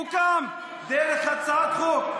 הוקם, דרך הצעת חוק.